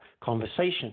conversation